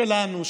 שלנו,